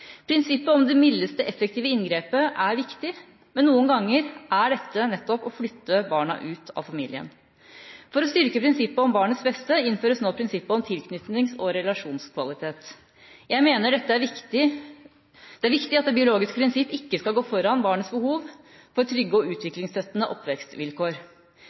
Prinsippet om det mildeste effektive inngrepet er viktig, men noen ganger er dette nettopp å flytte barnet ut av familien. For å styrke prinsippet om barnets beste innføres nå prinsippet om tilknytnings- og relasjonskvalitet. Jeg mener det er viktig at det biologiske prinsipp ikke skal gå foran barnets behov for trygge og utviklingsstøttende oppvekstvilkår.